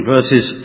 Verses